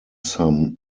some